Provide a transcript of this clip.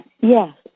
Yes